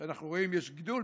שאנחנו רואים שיש גידול,